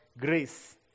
grace